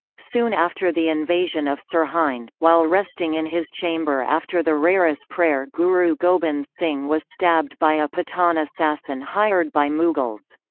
soon after the invasion of sirhind, while resting in his chamber after the rehras prayer guru gobind singh was stabbed by a pathan assassin hired by mughals.